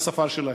בשפה שלהם.